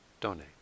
donate